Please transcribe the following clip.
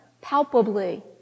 palpably